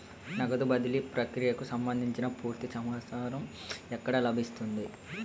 నగదు బదిలీ ప్రక్రియకు సంభందించి పూర్తి సమాచారం ఎక్కడ లభిస్తుంది?